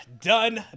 done